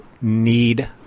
Need